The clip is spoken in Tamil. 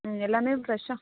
ம் எல்லாமே ஃபிரெஷ்ஷா